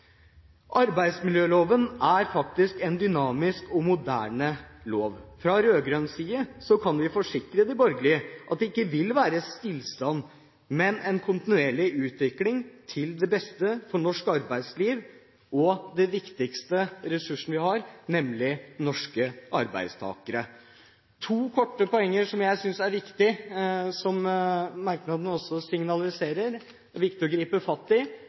Arbeidsmiljøloven er faktisk en dynamisk og moderne lov. Fra rød-grønn side kan vi forsikre de borgerlige om at det ikke vil være stillstand, men en kontinuerlig utvikling til beste for norsk arbeidsliv og den viktigste ressursen vi har, nemlig norske arbeidstakere. To korte poenger som jeg synes er viktige, og som merknadene også signaliserer at det er viktig å gripe fatt i,